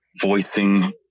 voicing